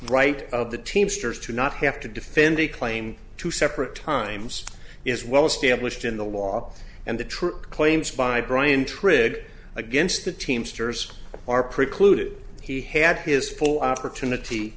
right of the teamsters to not have to defend a claim two separate times is well established in the law and the true claims by brian trid against the teamsters are precluded he had his full opportunity